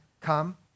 come